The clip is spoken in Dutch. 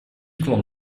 klom